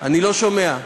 לא שומע.